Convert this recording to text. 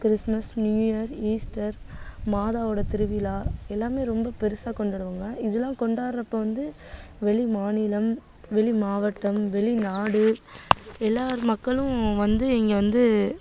Christmas new year Easter மாதாவோட திருவிழா எல்லாமே ரொம்ப பெருசாக கொண்டாடுவாங்க இதெலாம் கொண்டாடுறப்ப வந்து வெளிமாநிலம் வெளிமாவட்டம் வெளிநாடு எல்லார் மக்களும் வந்து இங்கே வந்து